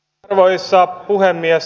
arvoisa puhemies